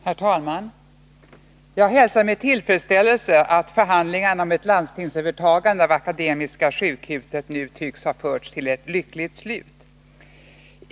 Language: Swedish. Herr talman! Jag hälsar med tillfredsställelse att förhandlingarna om ett för Akademiska landstingsövertagande av Akademiska sjukhuset nu tycks ha förts till ett lyckligt slut.